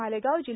Malegaon जि